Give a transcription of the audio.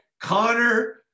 Connor